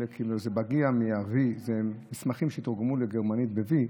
זה מגיע מאבי, זה מסמכים שתורגמו לגרמנית ב-v,